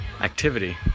activity